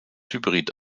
hybrid